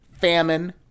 famine